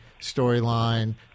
storyline